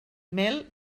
mel